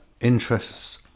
interests